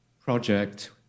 project